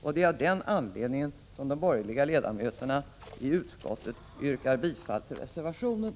Det är av den anledningen som de borgerliga ledamöterna i utskottet yrkar bifall till reservationen.